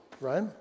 right